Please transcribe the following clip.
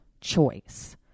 choice